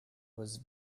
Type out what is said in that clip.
was